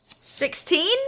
Sixteen